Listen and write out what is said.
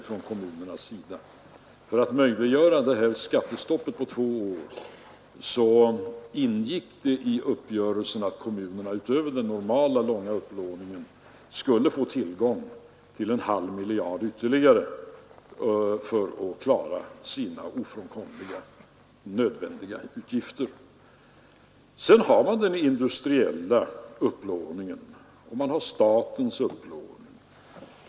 Som en del i uppgörelsen för att möjliggöra det tvååriga skattestoppet ingick därför att kommunerna utöver den normala långa upplåningen skulle få tillgång till ytterligare en halv miljard för att klara sina nödvändiga utgifter. Till detta kommer den industriella upplåningen och statens upplåning.